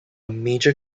major